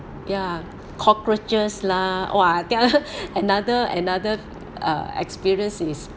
ya cockroaches lah !wah! there are another another uh experience is